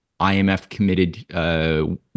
IMF-committed